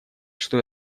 что